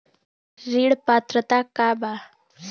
ऋण पात्रता का बा?